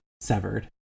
severed